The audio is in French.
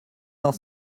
cent